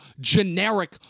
generic